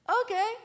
Okay